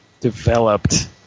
developed